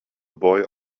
boy